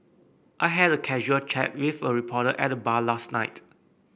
I had a casual chat with a reporter at the bar last night